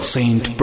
Saint